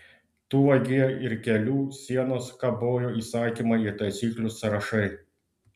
tu vagie ir kelių sienos kabojo įsakymai ir taisyklių sąrašai